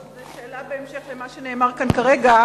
זו שאלה בהמשך למה שנאמר כאן כרגע.